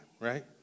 right